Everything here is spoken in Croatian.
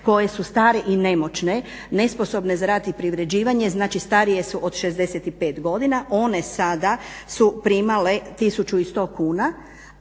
koje su stare i nemoćne, nesposobne za rad i privređivanje, znači starije su od 65 godina, one sada su primale 1100 kuna,